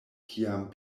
kiam